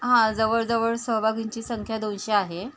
हां जवळजवळ सहभागींची संख्या दोनशे आहे